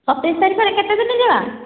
ସତେଇଶ ତାରିଖରେ କେତେ ଦିନ ଯିବା